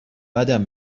بدم